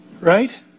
Right